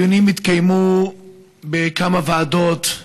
הדיונים התקיימו בכמה ועדות,